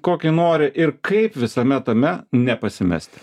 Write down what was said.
kokį nori ir kaip visame tame nepasimest